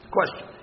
Question